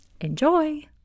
Enjoy